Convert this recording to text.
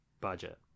budget